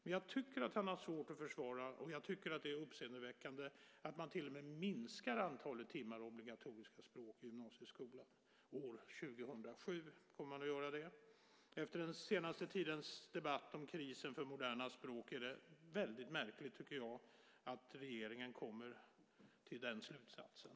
Men jag tycker att han har svårt att försvara, vilket jag tycker är uppseendeväckande, att man till och med minskar antalet timmar i obligatoriska språk i gymnasieskolan år 2007. Efter den senaste tidens debatt om krisen för moderna språk tycker jag att det är väldigt märkligt att regeringen kommer till den slutsatsen.